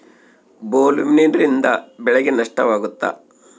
ಬೊಲ್ವರ್ಮ್ನಿಂದ ಬೆಳೆಗೆ ನಷ್ಟವಾಗುತ್ತ?